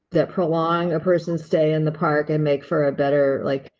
that prolong a person, stay in the park and make for a better like.